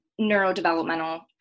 neurodevelopmental